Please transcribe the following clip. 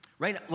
Right